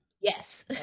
Yes